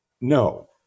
No